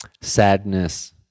sadness